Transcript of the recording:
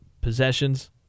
possessions